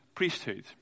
priesthood